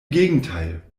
gegenteil